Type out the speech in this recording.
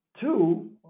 two